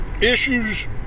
issues